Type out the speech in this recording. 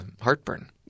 heartburn